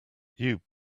you